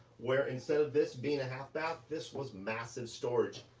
where instead of this being a half bath, this was massive storage,